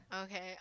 Okay